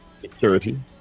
security